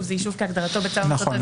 זה יישוב כהגדרתו בצו המועצות האזוריות.